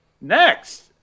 Next